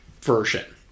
version